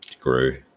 grew